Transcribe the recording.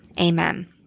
Amen